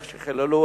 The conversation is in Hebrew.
איך חיללו,